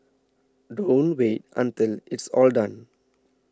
don't wait until it's all done